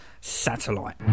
satellite